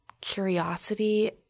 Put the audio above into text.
curiosity